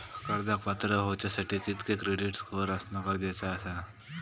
कर्जाक पात्र होवच्यासाठी कितक्या क्रेडिट स्कोअर असणा गरजेचा आसा?